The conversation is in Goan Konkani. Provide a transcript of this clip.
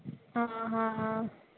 आं